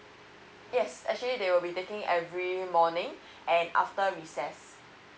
yes actually they will be taking every morning and after recess